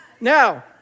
now